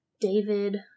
David